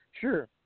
Sure